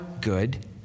good